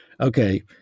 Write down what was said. okay